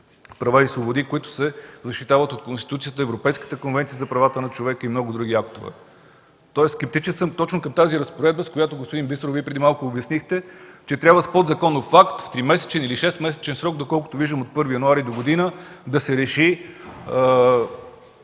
права и свободи, които се защитават от Конституцията, Европейската конвенция за правата на човека и много други актове. Тоест критичен съм точно към тази разпоредба, с която, господин Бисеров, Вие преди малко обяснихте, че трябва с подзаконов акт в тримесечен или шестмесечен срок, доколкото виждам – от 1 януари догодина, да се реши